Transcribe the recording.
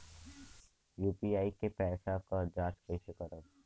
UPI के पैसा क जांच कइसे करब?